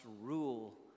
rule